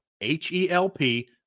H-E-L-P